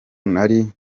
ntari